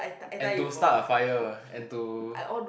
and to start a fire and to